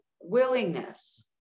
willingness